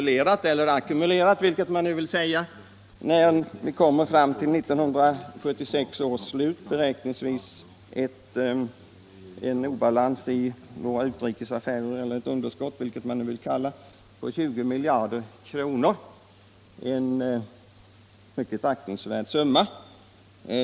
Det har ackumulerats en obalans i våra utrikesaffärer — eller ett underskott — som fram till 1976 års slut beräknas omfatta 20 miljarder kronor, en mycket aktningsvärd summa.